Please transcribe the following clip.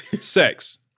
sex